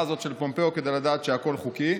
הזאת של פומפאו כדי לדעת שהכול חוקי.